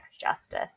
justice